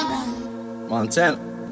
Montana